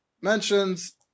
mentions